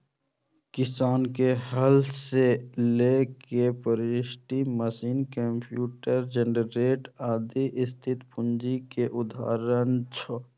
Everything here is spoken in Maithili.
किसानक हल सं लए के परिष्कृत मशीन, कंप्यूटर, जेनरेटर, आदि स्थिर पूंजी के उदाहरण छियै